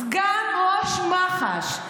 סגן ראש מח"ש,